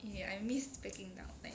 eh I miss peking duck man